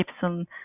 Gibson